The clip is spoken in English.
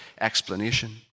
explanation